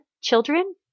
children